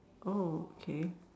oh K